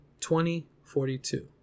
2042